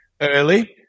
early